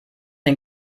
den